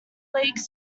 league